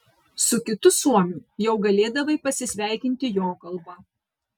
su kitu suomiu jau galėdavai pasisveikinti jo kalba